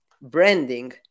branding